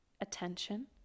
attention